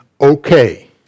okay